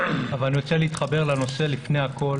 אבל אני רוצה להתחבר לנושא לפני הכול